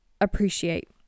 appreciate